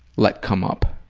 let come up,